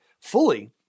fully